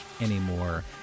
anymore